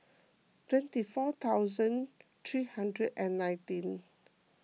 twenty four thousand three hundred and nineteen